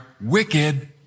wicked